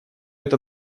это